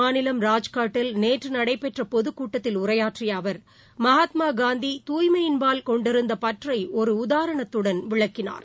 மாநிலம் ராஜ்காட்டில் நேற்றுநடைபெற்றபொதுக்கூட்டத்தில் உரையாற்றியஅவர் குஜராத் மகாத்மாகாந்தி தூய்மையின்பால் கொண்டிருந்தபற்றைஒருஉதாரணத்துடன் விளக்கினார்